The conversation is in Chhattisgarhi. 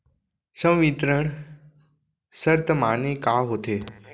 संवितरण शर्त माने का होथे?